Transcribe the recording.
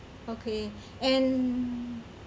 okay and